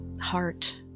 heart